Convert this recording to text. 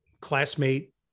classmate